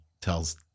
tells –